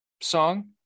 song